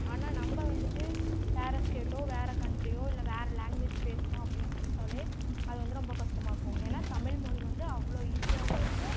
ஆனால் நம்ப வந்துட்டு வேறு ஸ்டேட்டோ வேறு கண்ட்ரியோ இல்லை வேறு லாங்குவேஜ் பேசணும் அப்படின்னு நினச்சாலே அது வந்து ரொம்ப கஷ்டமாக இருக்கும் ஏனால் தமிழ்மொழி வந்து அவ்வளோ ஈஸியாகவும் இருக்கும்